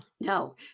No